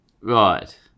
Right